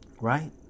right